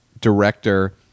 director